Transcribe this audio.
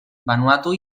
vanuatu